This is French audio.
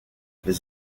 les